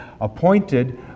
appointed